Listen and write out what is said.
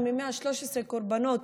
את שנת 2020 סגרנו עם למעלה מ-113 קורבנות